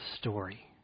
story